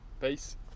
Peace